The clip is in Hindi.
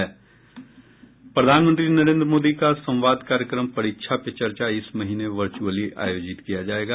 प्रधानमंत्री नरेंद्र मोदी का संवाद कार्यक्रम परीक्षा पे चर्चा इस महीने वर्चअली आयोजित किया जाएगा